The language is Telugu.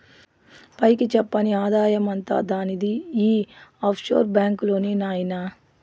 పైకి చెప్పని ఆదాయమంతా దానిది ఈ ఆఫ్షోర్ బాంక్ లోనే నాయినా